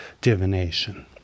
divination